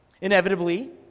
inevitably